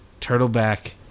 turtleback